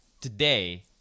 today